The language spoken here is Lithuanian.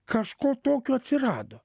kažko tokio atsirado